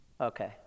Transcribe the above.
Okay